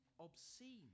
obscene